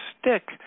stick